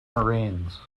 marines